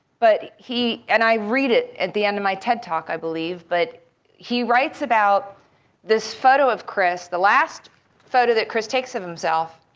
but and i read it at the end of my ted talk, i believe, but he writes about this photo of chris, the last photo that chris takes of himself,